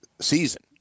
season